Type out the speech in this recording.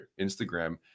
Instagram